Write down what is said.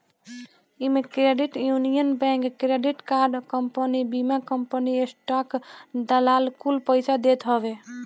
इमे credit union bank, credit card company, बीमा company, stock दलाल कुल पइसा देत हवे